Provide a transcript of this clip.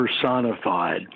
personified